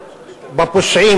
לפיכך,